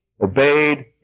obeyed